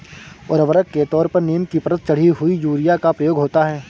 उर्वरक के तौर पर नीम की परत चढ़ी हुई यूरिया का प्रयोग होता है